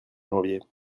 janvier